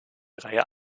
reihe